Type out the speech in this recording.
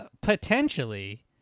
potentially